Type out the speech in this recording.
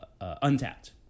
Untapped